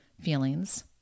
feelings